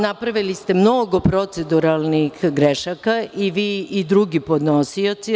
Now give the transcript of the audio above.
Napravili ste mnogo proceduralnih grešaka, i vi, i drugi podnosioci.